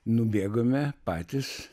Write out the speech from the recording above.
nubėgome patys